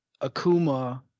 Akuma